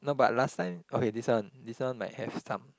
no but last time okay this one this one might have some